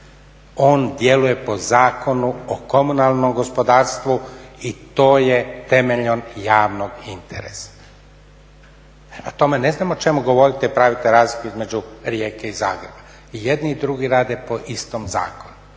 On djeluje po Zakonu o komunalnom gospodarstvu i to temeljem javnog interesa. Prema tome ne znam o čemu govorite, pravite razliku između Rijeke i Zagreba. I jedni i drugi rade po istom zakonu.